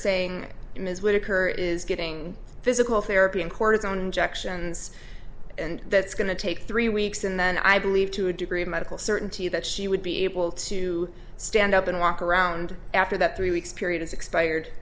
saying in his whittaker is getting physical therapy and cortisone injections and that's going to take three weeks and then i believe to a degree a medical certainty that she would be able to stand up and walk around after that three weeks period has expired